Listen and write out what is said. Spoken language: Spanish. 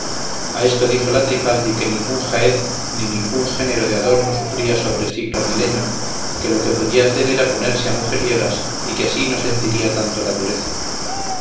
a esto dijo la trifaldi que ningún jaez ni ningún género de adorno sufría sobre sí clavileño que lo que podía hacer era ponerse a mujeriegas y que así no sentiría tanto la dureza